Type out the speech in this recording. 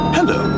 Hello